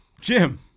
Jim